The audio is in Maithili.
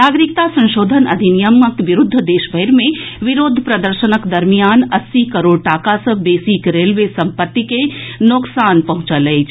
नागरिकता संशोधन अधिनियम के विरूद्ध देशभरि मे विरोध प्रदर्शनक दरमियान अस्सी करोड़ टाका सँ बेसीक रेलवे परिसंपत्ति के नोकसान पहुंचल अछि